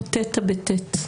או הוטית בטי"ת?